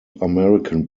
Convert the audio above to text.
american